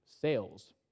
sales